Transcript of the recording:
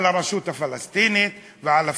על הרשות הפלסטינית ועל הפלסטינים: